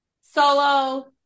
Solo